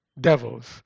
devils